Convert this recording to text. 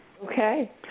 okay